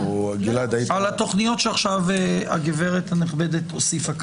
הוסיפה, התוכניות שעכשיו הגב' הנכבדת הוסיפה כאן,